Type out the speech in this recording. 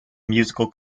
musical